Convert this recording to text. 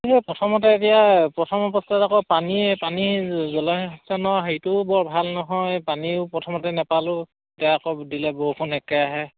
এই প্ৰথমতে এতিয়া প্ৰথম অৱস্থাত আকৌ পানীয়ে পানী জলসিঞ্চনৰ হেৰিটোও বৰ ভাল নহয় পানীও প্ৰথমতে নেপালোঁ এতিয়া আকৌ দিলে বৰষুণ একে ৰাহে